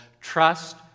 trust